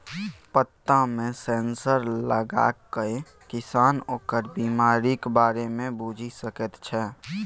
पत्तामे सेंसर लगाकए किसान ओकर बिमारीक बारे मे बुझि सकैत छै